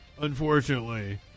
unfortunately